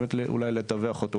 ובאמת אולי לטווח אותו,